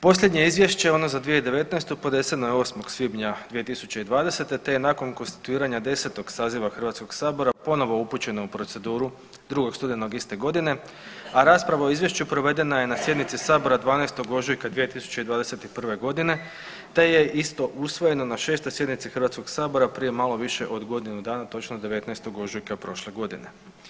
Posljednje izvješće, ono za 2019. podneseno je 8. svibnja 2020., te je nakon konstituiranja 10. saziva HS ponovno upućeno u proceduru 2. studenog iste godine, a rasprava o izvješću provedena je na sjednici sabora 12. ožujka 2021.g., te je isto usvojeno na 6. sjednici HS prije malo više od godinu dana, točno 19. ožujka prošle godine.